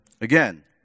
again